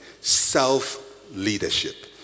self-leadership